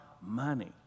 money